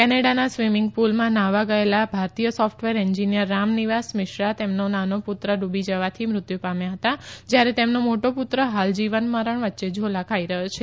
કેનેડાના સ્વીમીંગ પુલમાં નાહવા ગયેલા ભારતીય સોફટવેર એન્જીનીયર રામનિવાસ મિશ્રા તેમનો નાનો પુત્ર ડુબી જવાથી મૃત્યુ પામ્યા હતા જયારે તેમનો મોટો પુત્ર હાલ જીવન મરણ વચ્ચે જાલા ખાઈ રહયો છે